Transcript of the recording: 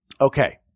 Okay